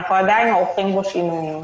אנחנו עדיין עושים בו שינויים,